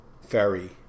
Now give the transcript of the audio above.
ferry